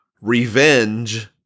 revenge